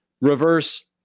reverse